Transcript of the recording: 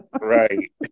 right